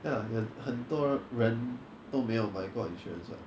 ya lah 很多人都没有买过 insurance [what]